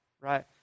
right